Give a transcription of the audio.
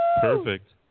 Perfect